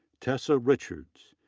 tessa richards,